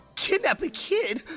kidnap a kid?